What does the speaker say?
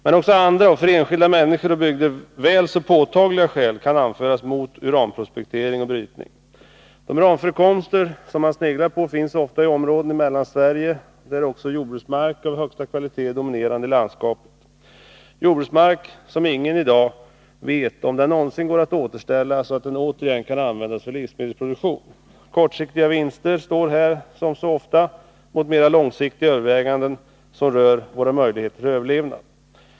Men också andra och för enskilda människor och bygder väl så påtagliga skäl kan anföras mot uranprospektering och brytning. De uranförekomster som man sneglar på finns ofta i områden i Mellansverige där också jordbruksmark av högsta kvalitet är dominerande i landskapet — jordbruksmark om vilken ingen i dag vet om den någonsin går att återställa, så att den återigen kan användas för livsmedelsproduktion. Kortsiktiga vinster står här, som så ofta, mot mera långsiktiga överväganden som rör våra möjligheter till överlevnad.